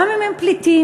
גם אם הם פליטים,